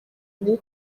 ubu